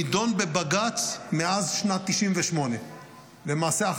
נדון בבג"ץ מאז שנת 1998. למעשה,